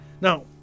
Now